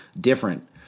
different